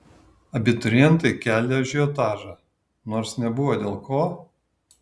abiturientai kelią ažiotažą nors nebuvo dėl ko